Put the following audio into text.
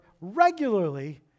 regularly